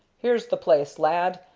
here's the place, lad.